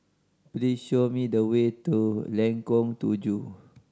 please show me the way to Lengkong Tujuh